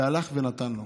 הלך ונתן לו.